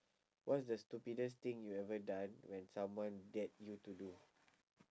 what is the stupidest thing you ever done when someone dared you to do